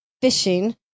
fishing